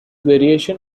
variation